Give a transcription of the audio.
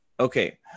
Okay